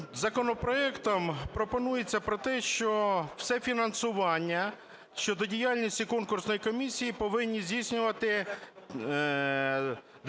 законопроектом пропонується про те, що все фінансування щодо діяльності конкурсної комісії повинні здійснювати